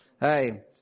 hey